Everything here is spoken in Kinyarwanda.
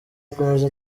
akomeza